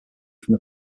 from